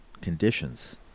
conditions